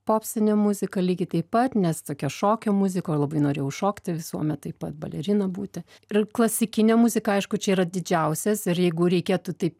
popsinę muziką lygiai taip pat nes tokia šokio muzika ir labai norėjau šokti visuomet taip pat balerina būti ir klasikinė muzika aišku čia yra didžiausias ir jeigu reikėtų taip